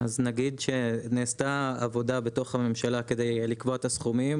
אז נגיד שנעשתה עבודה בתוך הממשלה כדי לקבוע את הסכומים,